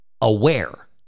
aware